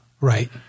Right